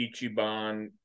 Ichiban